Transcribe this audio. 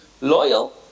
loyal